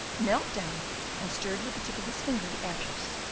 knelt down and stirred with the tip of his finger the ashes,